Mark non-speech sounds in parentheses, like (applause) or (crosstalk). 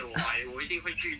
(noise)